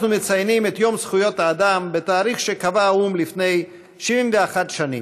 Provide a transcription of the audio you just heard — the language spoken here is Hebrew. אנחנו מציינים את יום זכויות האדם בתאריך שקבע האו"ם לפני 70 שנים,